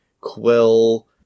Quill